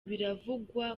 biravugwa